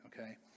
okay